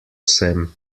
sem